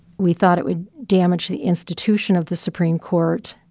we thought it would damage the institution of the supreme court